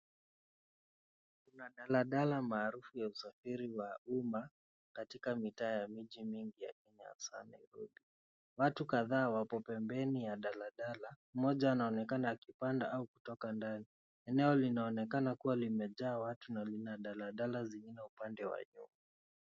Kuna daladala maarufu ya usafiri wa umma katika mtaa wa miji mingi ya Kenya hasa Nairobi, watu kataa wako pembeni ya daladala moja anaonekana akipanda au kutoka ndani, eneo linaonekana kuwa limejaa watu na lina daladala zingine upande wa juu.